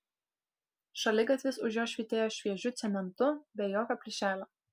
šaligatvis už jo švytėjo šviežiu cementu be jokio plyšelio